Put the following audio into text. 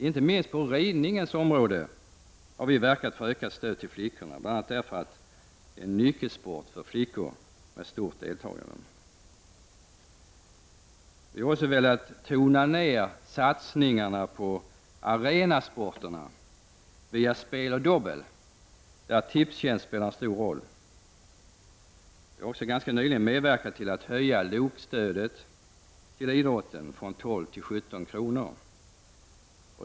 Inte minst på ridningens område har vi verkat för ökat stöd till flickorna, bl.a. för att det är en nyckelsport för flickor, med stort deltagande. Vi har också velat tona ned satsningar på arenasporterna via spel och dobbel. Där spelar Tipstjänst en stor roll. Vi har också ganska nyligen medverkat till att höja LOK-stödet till idrotten från 12 till 17 kr.